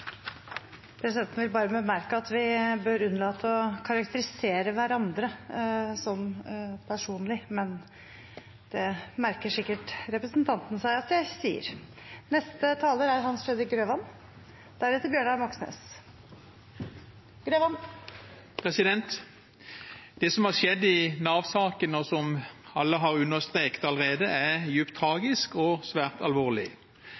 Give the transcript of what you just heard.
Presidenten vil bare bemerke at vi bør unnlate å karakterisere hverandre personlig, men det merker sikkert representanten seg at presidenten sier. Det som har skjedd i Nav-saken, er, som alle har understreket allerede, dypt tragisk og svært alvorlig. Enkeltmennesker har blitt rammet og straffet på grunn av feil som er begått av det offentlige. Det er alvorlig,